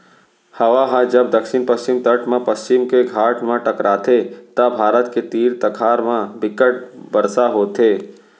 हवा ह जब दक्छिन पस्चिम तट म पस्चिम के घाट म टकराथे त भारत के तीर तखार म बिक्कट बरसा होथे